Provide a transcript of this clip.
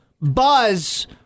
buzz